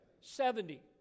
Seventy